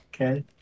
Okay